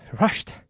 Rushed